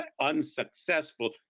unsuccessful